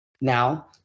Now